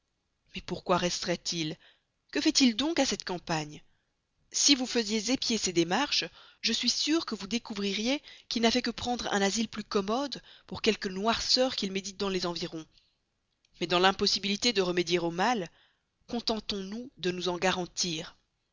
mais pourquoi resterait-il que fait-il donc à cette campagne si vous faisiez épier ses démarches je suis sûre que vous découvririez qu'il n'a fait que prendre un asile plus commode pour quelque noirceur qu'il médite dans les environs mais dans l'impossibilité de remédier au mal contentons-nous de nous en garantir